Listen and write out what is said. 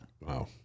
Wow